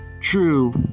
true